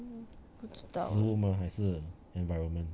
mm 不知道